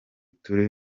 turi